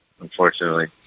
Unfortunately